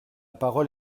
parole